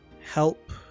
help